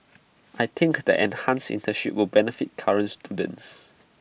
I think the enhanced internships will benefit current students